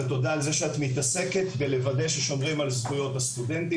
ותודה על זה שאת מתעסקת לוודא ששומרים על זכויות הסטודנטים.